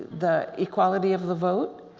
the equality of the vote.